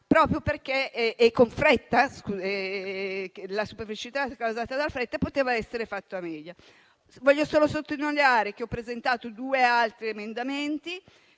fretta - la supervelocità causata dalla fretta - e poteva essere fatta meglio. Voglio solo sottolineare che ho presentato due altri emendamenti